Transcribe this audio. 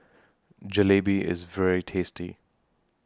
Jalebi IS very tasty